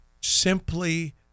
simply